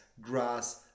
grass